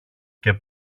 και